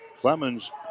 Clemens